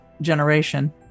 generation